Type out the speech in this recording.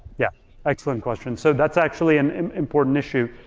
yeah excellent question. so that's actually an important issue.